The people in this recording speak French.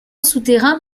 souterrain